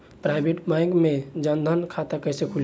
Private bank मे जन धन खाता कैसे खुली?